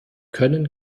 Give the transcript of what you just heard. können